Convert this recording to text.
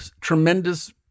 tremendous